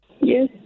Yes